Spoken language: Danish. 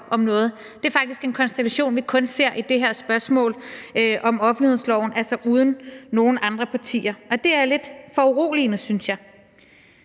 om noget, ser vi faktisk kun i det her spørgsmål om offentlighedsloven, altså uden nogen andre partier, og det er lidt foruroligende, synes jeg.